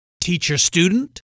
Teacher-student